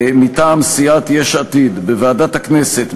מטעם סיעת יש עתיד: בוועדת הכנסת,